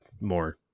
more